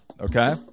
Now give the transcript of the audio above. okay